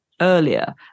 earlier